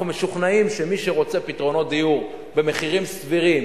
אנחנו משוכנעים שמי שרוצה פתרונות דיור במחירים סבירים,